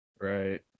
Right